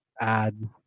add